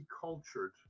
cultured